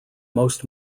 most